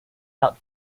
out